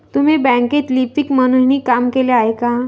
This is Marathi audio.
तुम्ही बँकेत लिपिक म्हणूनही काम केले आहे का?